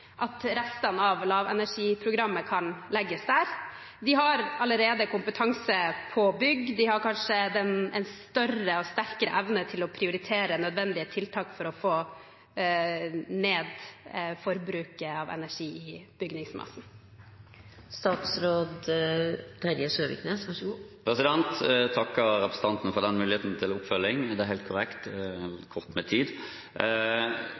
at restene av Lavenergiprogrammet kan legges der? De har allerede kompetanse på bygg. De har kanskje en større og sterkere evne til å prioritere nødvendige tiltak for å få ned forbruket av energi i bygningsmassene. Jeg takker representanten for denne muligheten til oppfølging. Det er helt korrekt – knapt med tid.